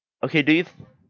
okay do you